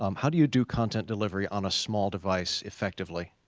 um how do you do content delivery on a small device effectively?